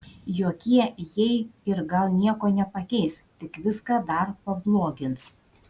jokie jei ir gal nieko nepakeis tik viską dar pablogins